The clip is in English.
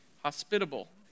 hospitable